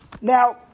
Now